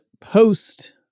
post